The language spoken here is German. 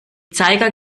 zeiger